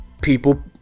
people